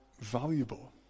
valuable